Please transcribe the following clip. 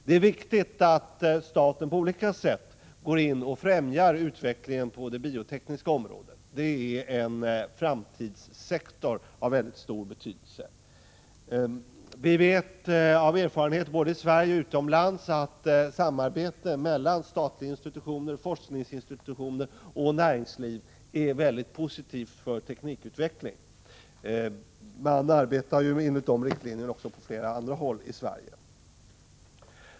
Det är viktigt att staten på olika sätt går in och främjar utvecklingen på det biotekniska området, eftersom detta är en framtidssektor av mycket stor betydelse. Av erfarenhet vet vi, både i Sverige och utomlands, att samarbete mellan statliga institutioner, forskningsinstitutioner och näringsliv är mycket positivt för teknikutvecklingen. Man arbetar efter dessa riktlinjer på flera håll i Sverige.